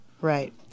Right